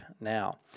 Now